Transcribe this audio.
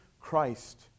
Christ